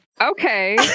Okay